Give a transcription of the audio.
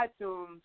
iTunes